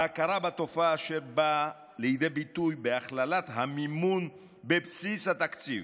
ההכרה בתופעה שבאה לידי ביטוי בהכללת המימון בבסיס התקציב.